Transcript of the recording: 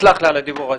סלח לי על הדיבור הזה.